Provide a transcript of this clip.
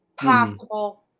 possible